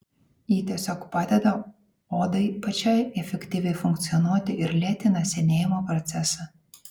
ji tiesiog padeda odai pačiai efektyviai funkcionuoti ir lėtina senėjimo procesą